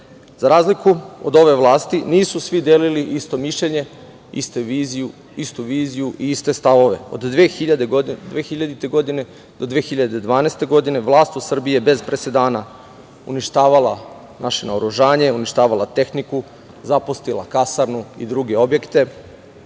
razliku od ove vlasti nisu svi delili isto mišljenje, istu viziju i iste stavove. Od 2000. do 2012. godine vlast u Srbiji je bez presedana uništavala naše naoružanje, uništavala tehniku, zapustila kasarnu i druge objekte,